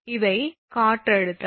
இவை காற்றழுத்தம்